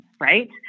right